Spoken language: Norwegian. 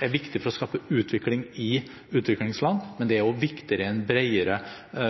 er viktig for å skape utvikling i utviklingsland, men det er også viktig i en bredere